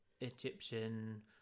Egyptian